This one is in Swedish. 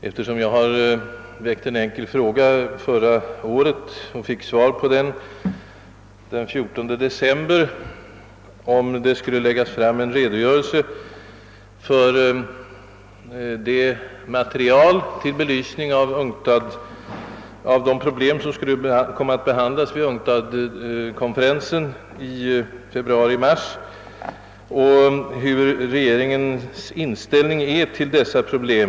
Jag framställde förra året en enkel fråga — som besvarades den 14 december — om handelsministern vore villig att lämna riksdagen en redogörelse jämte tillgängligt dokumentariskt material rörande de problem som skulle komma att behandlas vid UNCTAD-konferensen i februari-mars och rörande regeringens inställning till dessa problem.